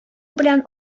белән